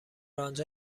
آنجا